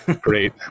Great